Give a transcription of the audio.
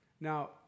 Now